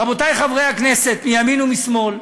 רבותי חברי הכנסת מימין ומשמאל,